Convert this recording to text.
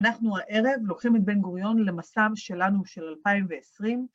אנחנו הערב לוקחים את בן גוריון למסע שלנו של 2020.